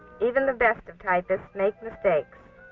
even the best of typists make mistakes.